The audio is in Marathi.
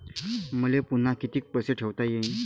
मले पुन्हा कितीक पैसे ठेवता येईन?